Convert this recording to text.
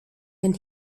den